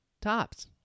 tops